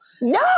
No